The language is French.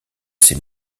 ces